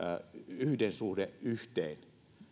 yhden suhde yhteen